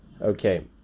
Okay